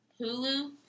Hulu